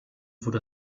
wurde